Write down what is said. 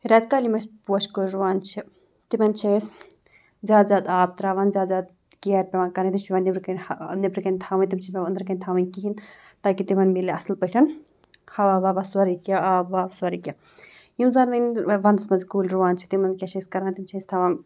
رٮ۪تہِ کالہِ یِم أسۍ پوشہِ کُلۍ رُوان چھِ تِمَن چھِ أسۍ زیادٕ زیادٕ آب ترٛاوان زیادٕ زیادٕ کِیَر پٮ۪وان کَرٕنۍ نہ چھِ پٮ۪وان نٮ۪برٕکَنۍ نٮ۪برٕکَنۍ تھاوٕنۍ تِم چھِنہٕ پٮ۪وان أنٛدرٕکَنۍ تھاوٕنۍ کِہیٖنۍ تاکہِ تِمَن میلہِ اَصٕل پٲٹھۍ ہَوا وَوا سورُے کینٛہہ آب واب سورُے کینٛہہ یِم زَن وۄنۍ وَنٛدَس منٛز کُلۍ رُوان چھِ تِمَن کیٛاہ چھِ أسۍ کَران تِم چھِ أسۍ تھاوان